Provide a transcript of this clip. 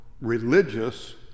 religious